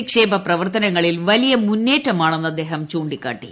നിക്ഷേപ പ്രവർത്തനങ്ങളിൽ വലിയ മുന്നേറ്റമാണെന്ന് അദ്ദേഹം ചൂണ്ടിക്കാട്ടി